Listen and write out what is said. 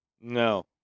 No